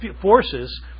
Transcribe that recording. forces